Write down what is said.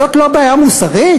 זאת לא בעיה מוסרית?